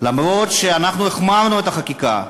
אף שהחמרנו בחקיקה,